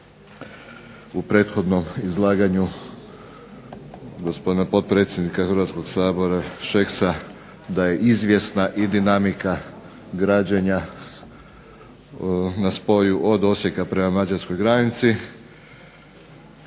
u prethodnom izlaganju gospodina potpredsjednika Hrvatskog sabora Šeksa da je izvjesna i dinamika građenja na spoju od Osijeka prema mađarskoj granici